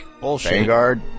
Vanguard